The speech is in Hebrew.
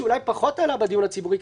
שאולי פחות עלה בדיון הציבורי,